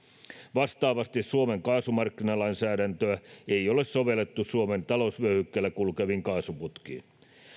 vastaavasti suomen kaasumarkkinalainsäädäntöä ei ole sovellettu suomen talousvyöhykkeellä kulkeviin kaasuputkiin